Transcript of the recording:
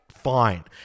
Fine